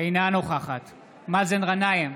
אינה נוכחת מאזן גנאים,